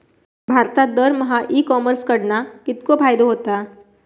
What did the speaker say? भारतात दरमहा e commerce कडणा कितको फायदो होता?